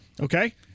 Okay